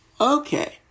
Okay